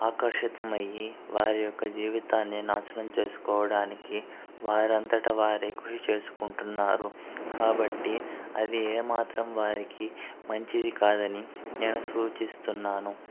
ఆకర్షితమైయి వారి యొక్క జీవితాన్ని నాశనం చేసుకోవడానికి వారంతట వారే గురి చేసుకుంటున్నారు కాబట్టి అది ఏమాత్రం వారికి మంచిది కాదని నేను సూచిస్తున్నాను